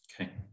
Okay